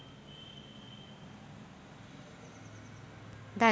धान्य काढल्यानंतर प्लॅस्टीक पोत्यात काऊन ठेवू नये?